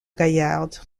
gaillarde